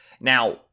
Now